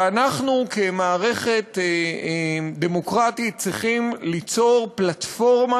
ואנחנו כמערכת דמוקרטית צריכים ליצור פלטפורמה